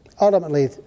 ultimately